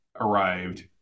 arrived